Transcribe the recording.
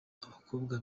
abakobwa